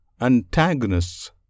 antagonists